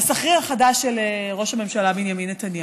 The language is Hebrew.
הסחריר החדש של ראש הממשלה בנימין נתניהו.